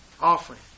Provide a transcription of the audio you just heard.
offering